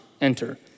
enter